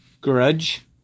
Grudge